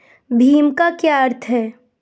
भीम का क्या अर्थ है?